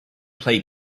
play